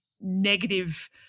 negative